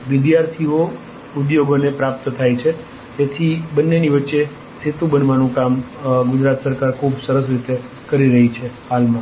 વિદ્યાર્થીઓ ઉદ્યોગોને પ્રાપ્ત થાય છે તેથી બંનેની વચ્ચે સેતુ બનવાનું કામ ગુજરાત સરકાર ખૂબ સરસ રીતે કરી રહી છે હાલમાં